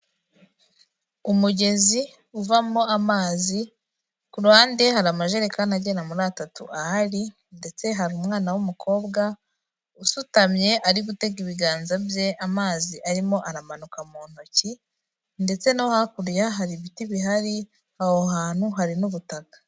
Umugezi uvamo amazi ku ruhande, hari amajerekani agera muri atatu ahari ndetse hari umwana w'umukobwa usutamye ari gutega ibiganza bye amazi arimo aramanuka mu ntoki ndetse no hakurya hari ibiti bihari, aho hantu hari n'ubutaka.